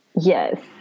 Yes